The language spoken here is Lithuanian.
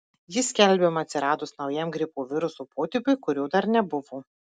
ji skelbiama atsiradus naujam gripo viruso potipiui kurio dar nebuvo